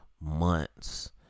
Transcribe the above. months